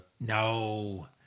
No